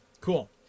Cool